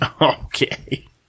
Okay